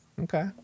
okay